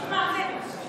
אנחנו נעביר לך את זה.